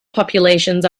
populations